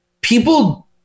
People